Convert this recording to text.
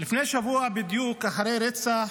לפני שבוע בדיוק, אחרי רצח